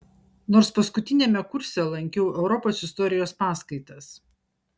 nors paskutiniame kurse lankiau europos istorijos paskaitas